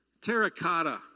terracotta